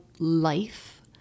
life